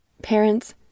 Parents